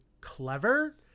clever